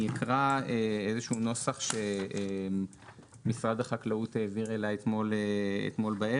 אני אקרא איזשהו נוסח שמשרד החקלאות העביר אלי אתמול בערב: